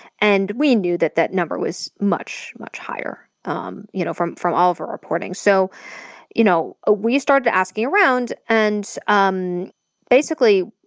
and we knew that that number was much, much higher, um you know from from all of our reporting. so you know ah we started asking around, and um basically,